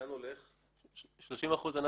לאן הולכים ה-30%?